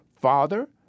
Father